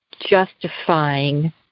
justifying